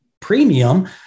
premium